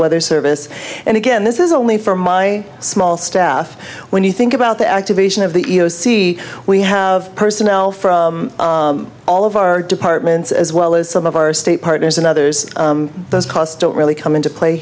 weather service and again this is only for my small staff when you think about the activation of the e e o c we have personnel from all of our departments as well as some of our state partners and others those costs don't really come into play